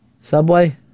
Subway